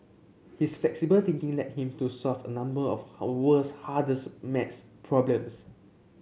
his flexible thinking led him to solve a number of how world's hardest maths problems